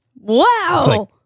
Wow